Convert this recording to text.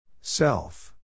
Self